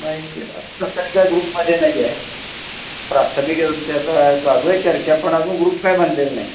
नाही आत्ता तरी काय ग्रुपमध्ये नाही आहे प्राथमिक काय तुमच्या आता चालू आहे चर्चा पण अजून ग्रुप काय बनलेलं नाही